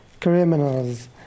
Criminals